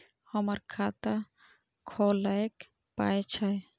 हमर खाता खौलैक पाय छै